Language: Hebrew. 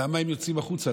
למה הם יוצאים החוצה,